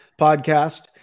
podcast